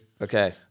okay